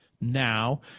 Now